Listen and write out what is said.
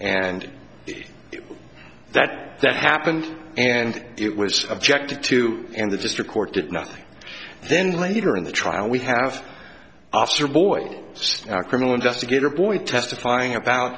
and that that happened and it was objected to and the district court did nothing then later in the trial we have officer boyd a criminal investigator boyd testifying about